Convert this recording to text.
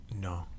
no